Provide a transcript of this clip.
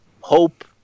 hope